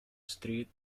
street